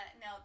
no